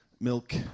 Milk